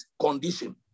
condition